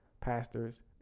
pastors